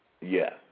Yes